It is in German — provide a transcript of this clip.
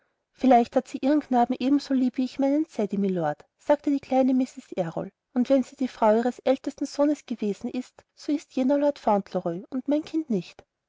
vielleicht hat sie ihren knaben ebenso lieb wie ich meinen ceddie mylord sagte die kleine mrs errol und wenn sie die frau ihres ältesten sohnes gewesen ist so ist jener lord fauntleroy und mein kind nicht